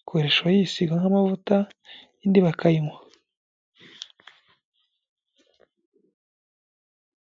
ikoreshwa yisigwa nk'amavuta indi bakayinywa.